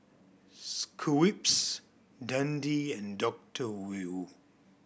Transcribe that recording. Schweppes Dundee and Doctor Wu